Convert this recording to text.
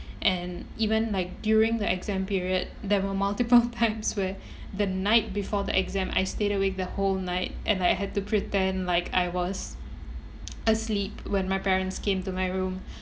and even like during the exam period there were multiple times where the night before the exam I stayed awake the whole night and I had to pretend like I was asleep when my parents came to my room